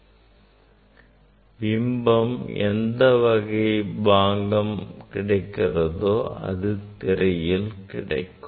எனவே இங்கே எந்தவகை பாங்கம் கிடைக்கிறதோ அது இத்திரையில் கிடைக்கும்